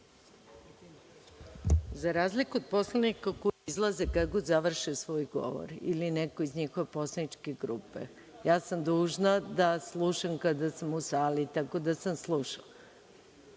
Za razliku od poslanika koji izlaze kada god završe svoj govor ili neko iz njihove poslaničke grupe, ja sam dužna da slušam kada sam u sali, tako da sam slušala.